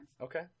okay